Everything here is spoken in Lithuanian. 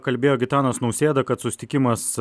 kalbėjo gitanas nausėda kad susitikimas